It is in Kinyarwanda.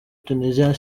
tunisia